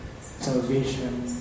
Salvation